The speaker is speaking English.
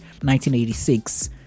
1986